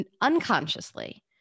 unconsciously